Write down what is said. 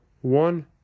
One